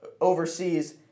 overseas